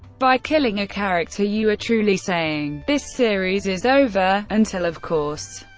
by killing a character, you are truly saying this series is over, until, of course,